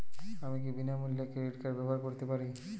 আমি কি বিনামূল্যে ডেবিট কার্ড ব্যাবহার করতে পারি?